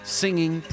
singing